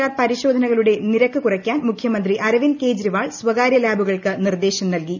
R പരിശോധനകളുടെ നിരക്ക് കുറയ്ക്കാൻ മുഖ്യമന്ത്രി അരവിദ്ദ് കെജ്രിവാൾ സ്ഥകാര്യ ലാബുകൾക്ക് നിർദേശം നൽകി